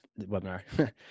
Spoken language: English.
webinar